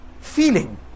feeling